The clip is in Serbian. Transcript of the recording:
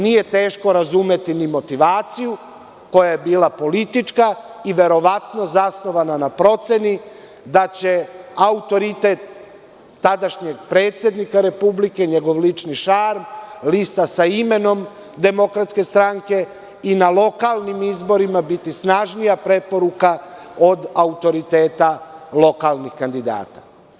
Nije teško razumeti ni motivaciju koja je bila politička i verovatno zasnovana na proceni da će autoritet tadašnjeg predsednika Republike, njegov lični šarm, lista sa imenom DS i na lokalnim izborima biti snažnija preporuka od autoriteta lokalnih kandidata.